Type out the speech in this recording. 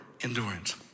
endurance